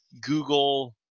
Google